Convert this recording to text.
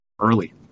early